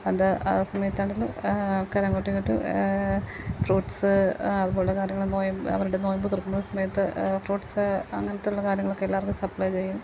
അതിൻ്റെ ആ സമയത്താണെങ്കിലും ആൾക്കാർ അങ്ങോട്ടും ഇങ്ങോട്ടും ഫ്രൂട്ട്സ് അവർക്കുള്ള കാര്യങ്ങൾ നോയം അവരുടെ നൊയമ്പ് തുറക്കുന്ന സമയത്ത് ഫ്രൂട്ട്സ് അങ്ങനത്തുള്ള കാര്യങ്ങളൊക്കെ എല്ലാവർക്കും സപ്ലൈ ചെയ്യും